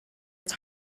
its